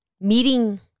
meeting